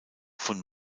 von